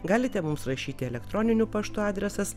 galite mums rašyti elektroniniu paštu adresas